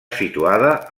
situada